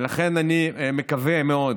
ולכן אני מקווה מאוד